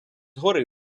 гори